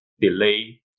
delay